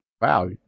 Wow